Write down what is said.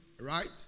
Right